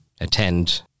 attend